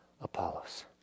Apollos